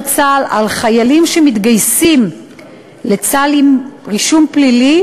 צה"ל על חיילים שמתגייסים לצה"ל עם רישום פלילי,